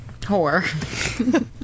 Whore